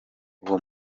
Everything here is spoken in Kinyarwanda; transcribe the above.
uwo